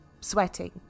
sweating